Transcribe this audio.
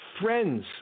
Friends